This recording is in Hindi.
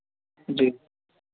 जी